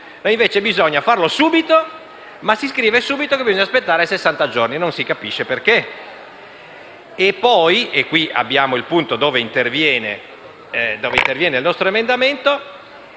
Invece bisogna farlo subito, ma si scrive che bisogna aspettare sessanta giorni. E non si capisce perché. Poi - e qui abbiamo il punto dove interviene il nostro emendamento